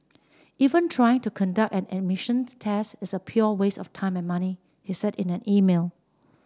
even trying to conduct an emissions test is a pure waste of time and money he said in an email